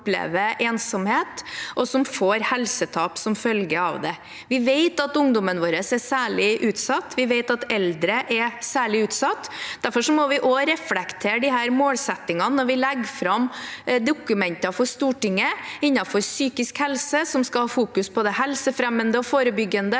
Vi vet at ungdommen vår er særlig utsatt, vi vet at eldre er særlig utsatt. Derfor må vi også reflektere disse målsettingene når vi legger fram for Stortinget dokumenter innenfor psykisk helse som skal fokusere på det helsefremmende og forebyggende,